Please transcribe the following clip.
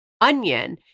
onion